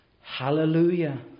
Hallelujah